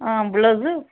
ಹಾಂ ಬ್ಲೌಝು